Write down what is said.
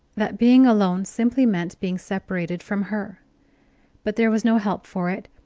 that being alone simply meant being separated from her but there was no help for it,